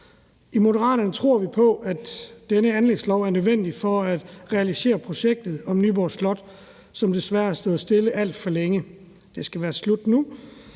I Moderaterne tror vi på, at denne anlægslov er nødvendig for at realisere projektet med Nyborg Slot, som desværre har stået stille alt for længe. Det skal være slut nu.